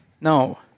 No